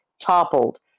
toppled